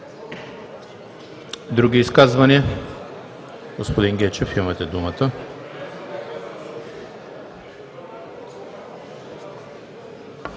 Други изказвания? Господин Гечев, имате думата.